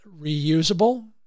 reusable